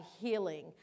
healing